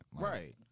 Right